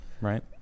Right